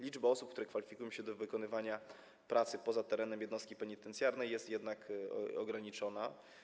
Liczba osób, które kwalifikują się do wykonywania pracy poza terenem jednostki penitencjarnej, jest jednak ograniczona.